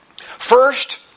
First